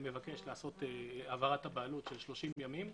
למבקש לעשות העברת בעלות של 30 ימים,